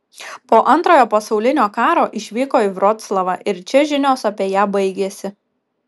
po antrojo pasaulinio karo išvyko į vroclavą ir čia žinios apie ją baigiasi